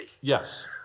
Yes